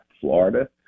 Florida